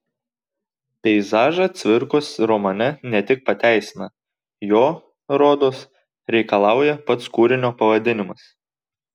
peizažą cvirkos romane ne tik pateisina jo rodos reikalauja pats kūrinio pavadinimas